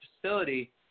facility